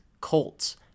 Colts